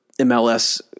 MLS